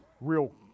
real